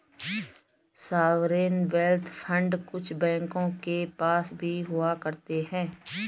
sovereign wealth fund कुछ बैंकों के पास भी हुआ करते हैं